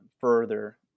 further